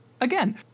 Again